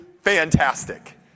fantastic